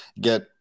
get